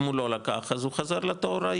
אם הוא לא לקח אז הוא חזר לתור היישובי.